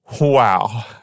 Wow